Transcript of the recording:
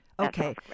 Okay